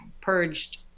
purged